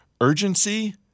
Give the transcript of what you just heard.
urgency